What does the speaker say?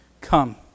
Come